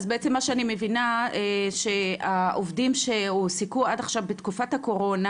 אז בעצם מה שאני מבינה שהעובדים שהועסקו עד עכשיו בתקופת הקורונה,